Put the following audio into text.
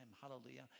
Hallelujah